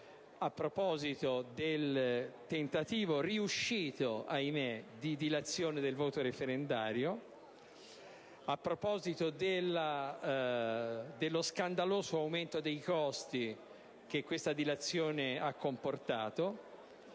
a proposito del tentativo riuscito, ahimè, di dilazione del voto referendario, a proposito dello scandaloso aumento dei costi che questa dilazione ha comportato,